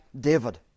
David